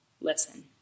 listen